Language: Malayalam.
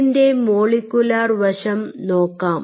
അതിൻറെ മോളിക്കുലാർ വശം നോക്കാം